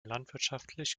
landwirtschaftlich